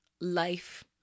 life